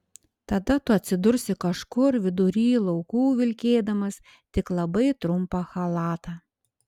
tada tu atsidursi kažkur vidury laukų vilkėdamas tik labai trumpą chalatą